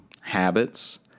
Habits